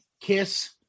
Kiss